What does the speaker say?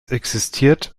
existiert